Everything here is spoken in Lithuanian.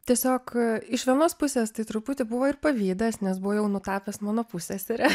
tiesiog iš vienos pusės tai truputį buvo ir pavydas nes buvo jau nutapęs mano pusseserę